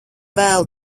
vēl